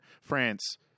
France